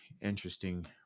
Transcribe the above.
interesting